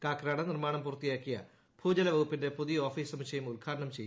കാക്കനാട് നിർമ്മാണം പൂർത്തിയാക്കിയ ഭൂജല വകുപ്പിന്റെ പുതിയ ഓഫീസ് സമുച്ചയം ഉദ്ഘാടനം ചെയ്യുകയായിരുന്നു